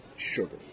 sugar